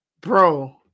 Bro